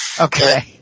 Okay